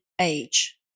age